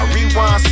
Rewind